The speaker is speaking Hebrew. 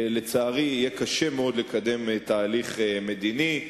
לצערי יהיה קשה מאוד לקדם תהליך מדיני.